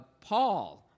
Paul